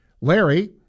Larry